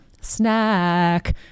snack